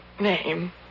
name